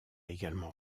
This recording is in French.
également